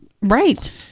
Right